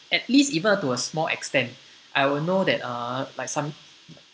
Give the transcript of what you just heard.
at least even to a small extent I will know that uh like some